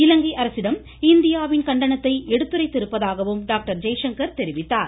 இலங்கை அரசிடம் இந்தியாவின் கண்டனத்தை எடுத்துரைத்திருப்பதாகவும் டாக்டர் ஜெய்சங்கர் தெரிவித்தார்